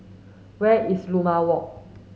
where is Limau Walk